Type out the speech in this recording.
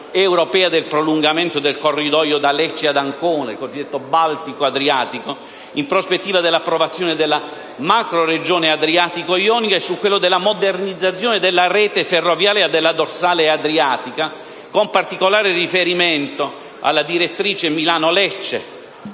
europea del prolungamento del corridoio da Lecce ad Ancona, il cosiddetto Baltico-Adriatico, in prospettiva della approvazione della macroregione adriatico-ionica, e su quello della modernizzazione della rete ferroviaria della dorsale adriatica, con particolare riferimento alla direttrice Milano-Lecce,